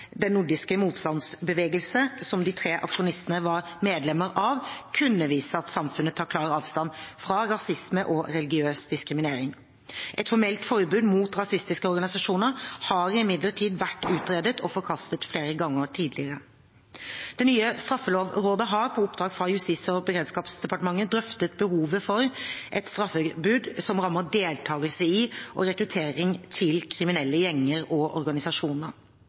Den nordiske motstandsbevegelsen, som de tre aksjonistene var medlemmer av, kunne vise at samfunnet tar klar avstand fra rasisme og religiøs diskriminering. Et formelt forbud mot rasistiske organisasjoner har imidlertid vært utredet og forkastet flere ganger tidligere. Det nye Straffelovrådet har, på oppdrag fra Justis- og beredskapsdepartementet, drøftet behovet for et straffebud som rammer deltakelse i og rekruttering til kriminelle gjenger og organisasjoner.